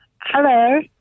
Hello